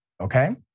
Okay